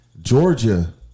Georgia